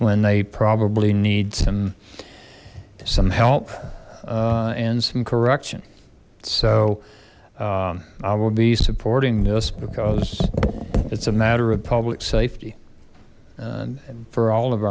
when they probably need some some help and some correction so i will be supporting this because it's a matter of public safety and for all of